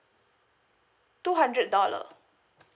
two hundred dollar